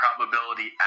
probability